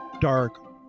dark